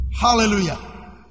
Hallelujah